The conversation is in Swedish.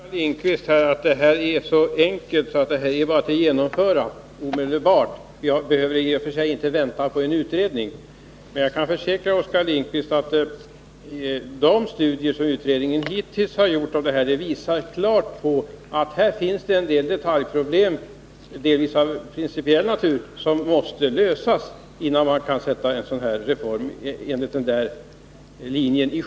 Herr talman! Oskar Lindkvist säger nu att socialdemokraternas förslag är så enkelt att det bara är att genomföra det omedelbart — vi behöver i och för siginte vänta på en utredning. Jag kan försäkra Oskar Lindkvist att de studier som bostadsrättskommittén hittills har gjort klart visar att det här finns en del detaljproblem, delvis av principiell natur, som måste lösas innan man kan sätta en sådan här reform i sjön.